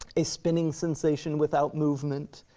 a spinning sensation without movement.